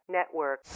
Network